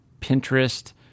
Pinterest